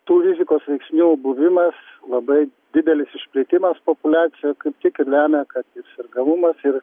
tų rizikos veiksnių buvimas labai didelis išplitimas populiacijoj kaip tik ir lemia kad ir sergamumas ir